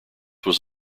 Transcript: was